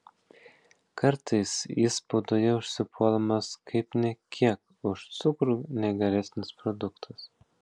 kartais jis spaudoje užsipuolamas kaip nė kiek už cukrų negeresnis produktas